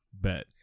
bet